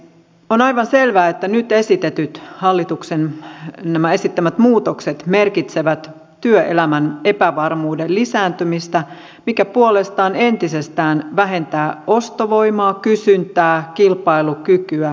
on aivan selvää että nämä hallituksen nyt esittämät muutokset merkitsevät työelämän epävarmuuden lisääntymistä mikä puolestaan entisestään vähentää ostovoimaa kysyntää kilpailukykyä ja työpaikkoja